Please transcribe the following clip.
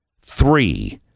Three